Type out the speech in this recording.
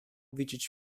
widzieć